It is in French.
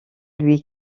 lui